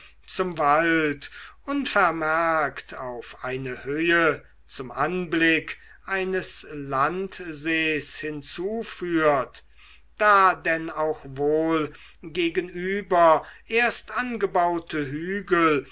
zum wald unvermerkt auf eine höhe zum anblick eines landsees hinführt da denn auch wohl gegenüber erst angebaute hügel